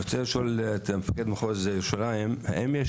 אני רוצה לשאול את מפקד מחוז ירושלים האם יש